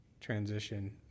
transition